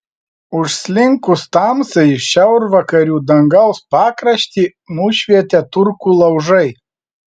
užslinkus tamsai šiaurvakarių dangaus pakraštį nušvietė turkų laužai